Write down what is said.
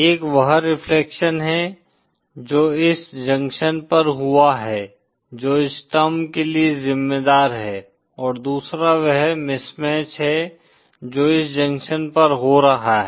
एक वह रिफ्लेक्शन है जो इस जंक्शन पर हुआ है जो इस टर्म के लिए जिम्मेदार है और दूसरा वह मिसमैच है जो इस जंक्शन पर हो रहा है